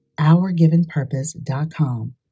OurGivenPurpose.com